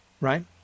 Right